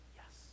yes